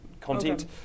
content